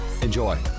enjoy